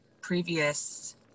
previous